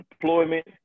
deployment